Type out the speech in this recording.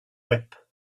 whip